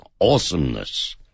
awesomeness